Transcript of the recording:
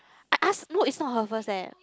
I ask no it's not her first eh